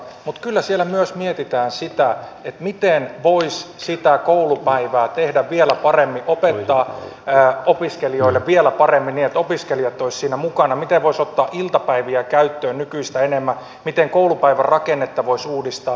mutta kyllä siellä myös mietitään sitä miten voisi sitä koulupäivää tehdä vielä paremmin opettaa opiskelijoille vielä paremmin niin että opiskelijat olisivat siinä mukana miten voisi ottaa iltapäiviä käyttöön nykyistä enemmän miten koulupäivän rakennetta voisi uudistaa